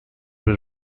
were